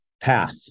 path